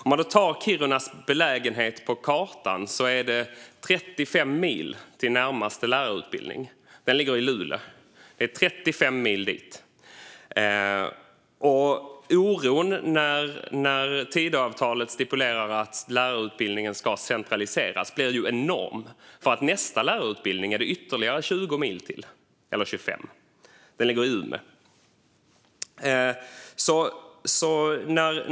Om man tittar på var Kiruna är beläget på kartan ser man att det är 35 mil till närmaste lärarutbildning, som ligger i Luleå. Oron när det i Tidöavtalet stipulerades att lärarutbildningen ska centraliseras blev enorm. Till nästa lärarutbildning är det nämligen ytterligare 25 mil; den ligger i Umeå.